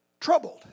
troubled